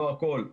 לא הכול,